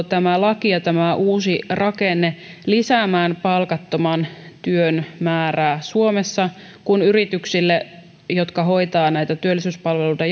tämä laki ja tämä uusi rakenne lisäämään palkattoman työn määrää suomessa kun yrityksille jotka hoitavat näitä työllisyyspalveluita